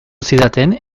zidaten